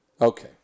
Okay